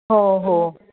हो हो